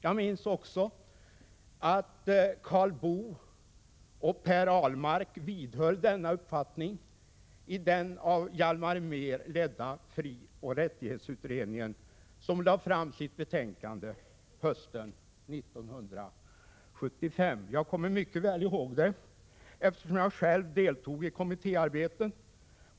Jag minns också att Karl Boo och Per Ahlmark vidhöll denna uppfattning i den av Hjalmar Mehr ledda frioch rättighetsutredningen, som lade fram sitt betänkande hösten 1975. Jag kommer mycket väl ihåg det, eftersom jag själv deltog i kommittéarbetet.